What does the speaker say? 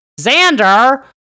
Xander